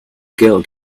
girl